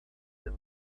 him